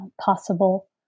possible